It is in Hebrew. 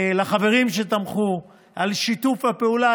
לחברים שתמכו, על שיתוף הפעולה.